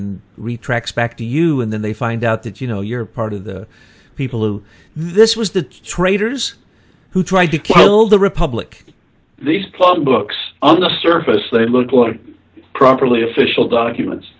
and retracts back to you and then they find out that you know you're part of the people who this was the traitors who tried to kill the republic these plum books on the surface they look like properly official documents